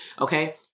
okay